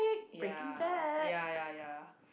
ya ya ya ya ya